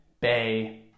Bay